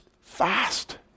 fast